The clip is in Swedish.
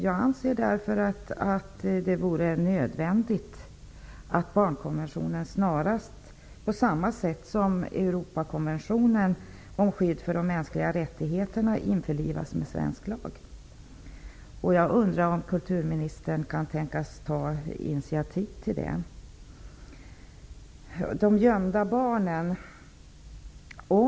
Jag anser därför att det vore nödvändigt att barnkonventionen snarast, på samma sätt som Europakonventionen om skydd för de mänskliga rättigheterna, införlivas med svensk lag. Jag undrar om kulturministern kan tänkas ta initiativ till det. Så vill jag ta upp de gömda barnens situation.